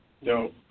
No